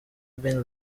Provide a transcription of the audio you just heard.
ben